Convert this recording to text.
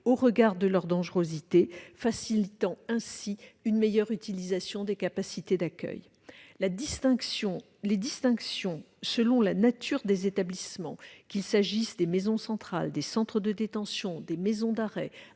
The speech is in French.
au regard de leur dangerosité, facilitant ainsi une meilleure utilisation des capacités d'accueil. Les distinctions selon la nature des établissements, qu'il s'agisse des maisons centrales, des centres de détention, des maisons d'arrêt,